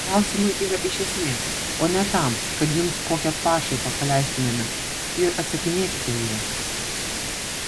klausimai yra iš esmės o ne tam kad jums kokią pašaipą paleistumėme ir atsakinėkite į juos